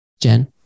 Jen